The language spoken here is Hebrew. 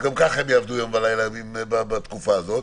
שגם ככה עובדים יום ולילה בתקופה הזו.